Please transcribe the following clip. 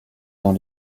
dans